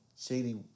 Shady